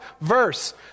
verse